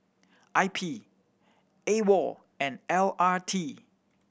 I P AWOL and L R T